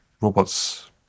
Robots